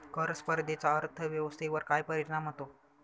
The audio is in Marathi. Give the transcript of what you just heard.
कर स्पर्धेचा अर्थव्यवस्थेवर काय परिणाम होतो?